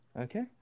Okay